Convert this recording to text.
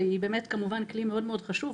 שהיא כלי מאוד חשוב,